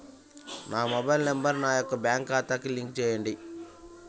నా mobile number నా యొక్క బ్యాంక్ ఖాతాకి లింక్ చేయండీ?